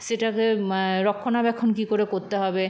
সেটাকে রক্ষণাবেক্ষণ কী করে করতে হবে